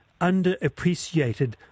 underappreciated